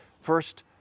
First